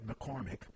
McCormick